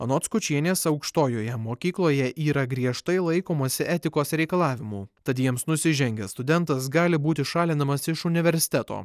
anot skučienės aukštojoje mokykloje yra griežtai laikomasi etikos reikalavimų tad jiems nusižengęs studentas gali būti šalinamas iš universiteto